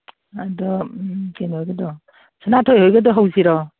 ꯑꯗꯣ ꯀꯩꯅꯣꯒꯤꯗꯣ ꯁꯅꯥꯊꯣꯏꯍꯣꯏꯒꯗꯣ ꯍꯧꯁꯤꯔꯣ